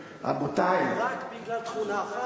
רבותי, רק בגלל תכונה אחת,